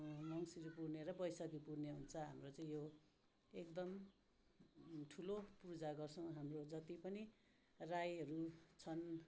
मङ्सिरे पूर्णे र वैशाखी पूर्णे हुन्छ हाम्रो चाहिँ यो एकदम ठुलो पूजा गर्छौँ हाम्रो जति पनि राईहरू छन्